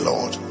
Lord